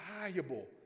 valuable